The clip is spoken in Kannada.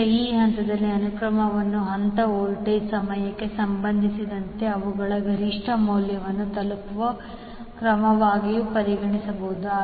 ಈಗ ಈ ಹಂತದ ಅನುಕ್ರಮವನ್ನು ಹಂತ ವೋಲ್ಟೇಜ್ ಸಮಯಕ್ಕೆ ಸಂಬಂಧಿಸಿದಂತೆ ಅವುಗಳ ಗರಿಷ್ಠ ಮೌಲ್ಯವನ್ನು ತಲುಪುವ ಕ್ರಮವಾಗಿಯೂ ಪರಿಗಣಿಸಬಹುದು